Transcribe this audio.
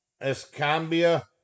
Escambia